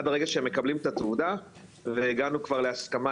עד הרגע שהם מקבלים את התעודה והגענו כבר להסכמה,